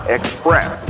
Express